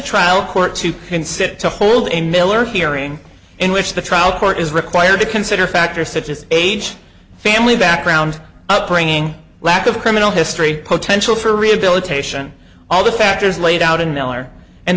trial court to consider to hold a miller hearing in which the trial court is required to consider factors such as age family background upbringing lack of criminal history potential for rehabilitation all the factors laid out in miller and